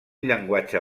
llenguatge